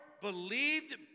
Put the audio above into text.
believed